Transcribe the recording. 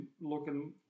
looking